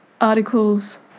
articles